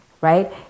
right